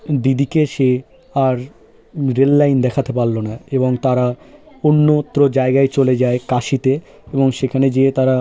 দিদিকে সে আর রেল লাইন দেখাতে পারলো না এবং তারা অন্যত্র জায়গায় চলে যায় কাশিতে এবং সেখানে যেয়ে তারা